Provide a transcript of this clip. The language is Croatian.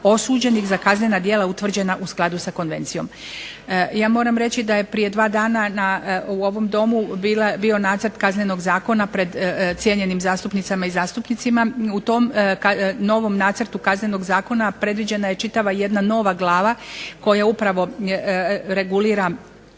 osuđenih za kaznena djela utvrđena u skladu sa konvencijom. Ja moram reći da je prije dva dana u ovom Domu bio Nacrt kaznenog zakona pred cijenjenim zastupnicama i zastupnicima. U tom novom Nacrtu kaznenog zakona predviđena je čitava jedna nova glava koja upravo regulira